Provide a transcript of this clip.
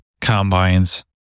combines